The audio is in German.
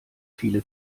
viele